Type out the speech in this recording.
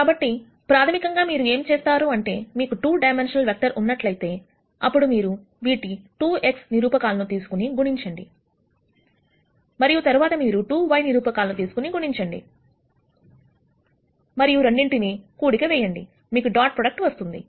కాబట్టి ప్రాథమికంగా మీరు ఏం చేస్తారు అంటే మీకు 2 డైమెన్షనల్ వెక్టర్ ఉన్నట్లయితే అప్పుడు మీరు వీటి 2 x నిరూపకాలను తీసుకుని గుణించండి మరియు తర్వాత మీరు 2 y నిరూపకాలను తీసుకుని గుణించండి మరియు రెండింటిని కూడిక వేయండి మీకు డాట్ ప్రోడక్ట్ వస్తుంది